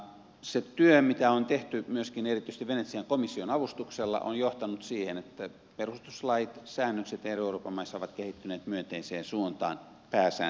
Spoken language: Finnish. se työ mitä on tehty myöskin erityisesti venetsian komission avustuksella on johtanut siihen että perustuslain säännökset eri euroopan maissa ovat kehittyneet myönteiseen suuntaan pääsääntöisesti